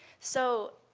so,